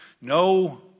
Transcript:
no